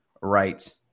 right